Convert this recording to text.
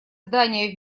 здание